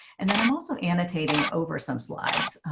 and then i'm also annotating over some slides.